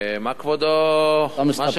מה כבודו מציע?